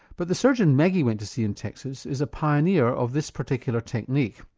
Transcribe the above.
but the surgeon maggie went to see in texas is a pioneer of this particular technique.